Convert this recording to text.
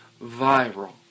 viral